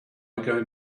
going